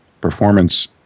performance